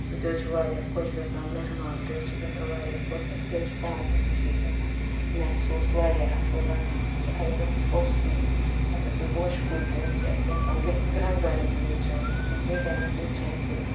سُہ تہِ حظ چھِ واریاہ خۄش گژھان مہمان تہِ حظ چھِ گژھان واریاہ خۄش أسۍ تہِ حظ چھِ پانہٕ تہِ خوٚشی کَران محسوٗس واریاہ اَصٕل لگان حظ چھُ اگر حظ اَسہِ پوٚژھ تہِ یی اَسہِ حظ چھِ پوشہِ کُلۍ تہِ حظ چھِ اَسہِ آسان رنٛگ برنٛگی حظ چھِ آسان اَسہِ وٕنکیٚنَس حظ چھِ اَسہِ